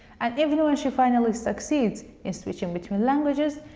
and even when she finally succeeds in switching between languages,